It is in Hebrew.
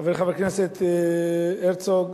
חבר הכנסת הרצוג,